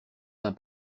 d’un